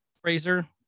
Fraser